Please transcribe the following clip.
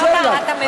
אני אאפשר לך.